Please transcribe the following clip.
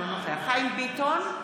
אינו נוכח חיים ביטון,